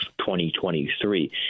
2023